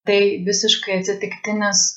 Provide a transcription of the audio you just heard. tai visiškai atsitiktinis